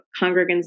congregants